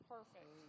Perfect